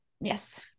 Yes